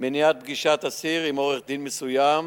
(מניעת פגישת אסיר עם עורך-דין מסוים),